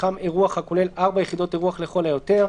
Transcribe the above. מתחם אירוח הכולל 4 יחידות אירוח לכל היותר,